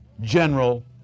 general